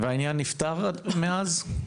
העניין נפתר מאז?